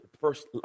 first